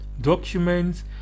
documents